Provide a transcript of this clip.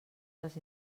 les